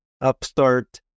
upstart